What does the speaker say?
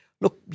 look